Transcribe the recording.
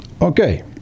Okay